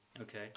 Okay